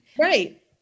Right